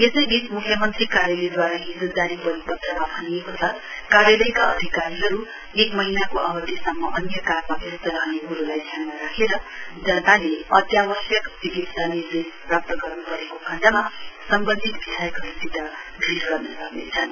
यसैबीच मुख्य मन्त्री कार्यालयद्वारा हिजो जारी परिपत्रमा भनिएको छ कार्यालयका अधिकारीहरू एक महीनाको अवधिसम्म अन्य काममा व्यस्त रहने क्रोलाई ध्यानमा राखेर जनताले अत्यावश्यक चिकित्सा निर्देश प्राप्त गर्नु परेको खण्डमा सम्वन्धित विधायकहरूसित भैट गर्न सक्नेछन्